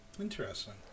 Interesting